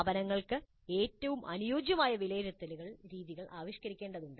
സ്ഥാപനങ്ങൾക്ക് ഏറ്റവും അനുയോജ്യമായ വിലയിരുത്തൽ രീതികൾ ആവിഷ്കരിക്കേണ്ടതുണ്ട്